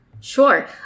Sure